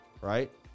right